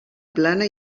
plana